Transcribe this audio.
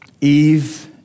Eve